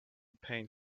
paint